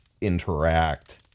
interact